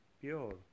pure